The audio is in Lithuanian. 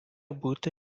būti